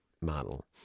model